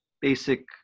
basic